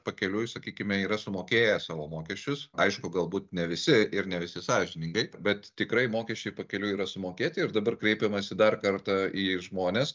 pakeliui sakykime yra sumokėję savo mokesčius aišku galbūt ne visi ir ne visi sąžiningai bet tikrai mokesčiai pakeliui yra sumokėti ir dabar kreipiamasi dar kartą į žmones